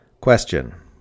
Question